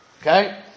Okay